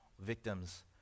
victims